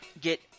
get